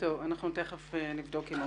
תכף נבדוק.